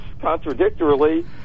contradictorily